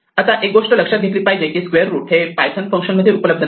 आता एक गोष्ट लक्षात घेतली पाहिजे की स्क्वेअर रूट हे फंक्शन पायथन मध्ये उपलब्ध नाही